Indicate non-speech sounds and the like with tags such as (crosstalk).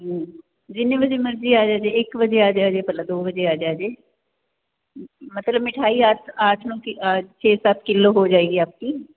ਜਿੰਨੇ ਵਜੇ ਮਰਜ਼ੀ ਆ ਜਾਇਓ ਜੀ ਇੱਕ ਵਜੇ ਆ ਜਿਓ ਜੀ ਭਲਾ ਦੋੋ ਵਜੇ ਆ ਜਿਓ ਜੀ ਮਤਲਬ ਮਿਠਾਈ ਅੱਠ (unintelligible) ਛੇ ਸੱਤ ਕਿਲੋ ਹੋ ਜਾਏਗੀ ਆਪਕੀ